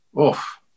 Oof